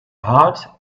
heart